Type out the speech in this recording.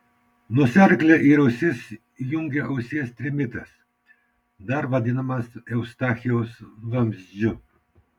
nosiaryklę ir ausis jungia ausies trimitas dar vadinamas eustachijaus vamzdžiu